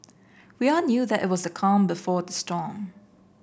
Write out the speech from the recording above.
we all knew that it was the calm before the storm